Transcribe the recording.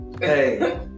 Hey